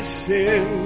sin